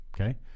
Okay